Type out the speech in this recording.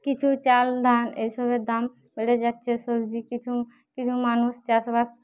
কিছু চাল ধান এসবের দাম বেড়ে যাচ্ছে সবজি কিছু কিছু মানুষ চাষবাস